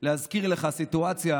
להזכיר לך סיטואציה